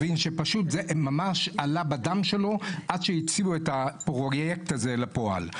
זה ממש עלה בדם שלו עד שהוציאו את הפרויקט הזה לפועל,